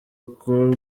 bwoko